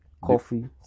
coffee